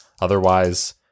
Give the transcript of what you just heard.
Otherwise